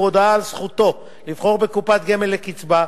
הודעה על זכותו לבחור בקופת גמל לקצבה,